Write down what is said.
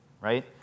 right